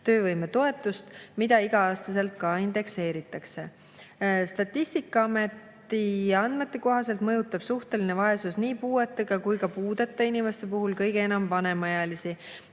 töövõimetoetust, mida iga-aastaselt ka indekseeritakse. Statistikaameti andmete kohaselt mõjutab suhteline vaesus nii puudega kui ka puudeta inimeste puhul kõige enam vanemaealisi,